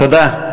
תודה.